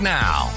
now